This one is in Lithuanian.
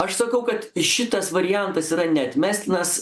aš sakau kad šitas variantas yra neatmestinas